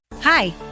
Hi